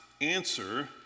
answer